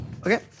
Okay